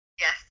yes